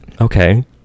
Okay